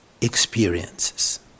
experiences